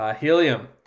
Helium